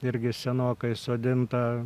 irgi senokai sodintą